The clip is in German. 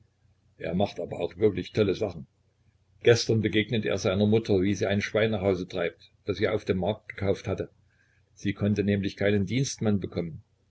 er macht aber auch wirklich tolle sachen gestern begegnet er seiner mutter wie sie ein schwein nach hause treibt das sie auf dem markt gekauft hatte sie konnte nämlich keinen dienstmann bekommen